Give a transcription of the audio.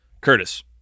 Curtis